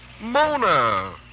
Mona